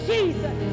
Jesus